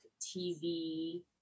tv